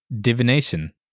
Divination